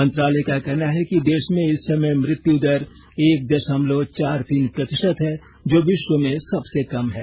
मंत्रालय का कहना है कि देश में इस समय मृत्यु दर एक दशमलव चार तीन प्रतिशत है जो विश्व में सबसे कम है